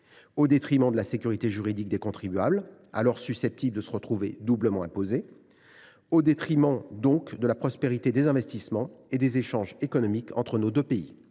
au détriment de la sécurité juridique des contribuables, susceptibles de se retrouver doublement imposés, et de la prospérité des investissements et des échanges économiques entre nos deux pays.